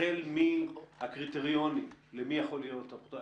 החל מן הקריטריונים על מי יכול להיות אפוטרופוס.